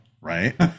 right